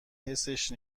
حسش